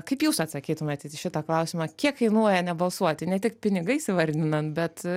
kaip jūs atsakytumėt į šitą klausimą kiek kainuoja nebalsuoti ne tik pinigais įvardinant bet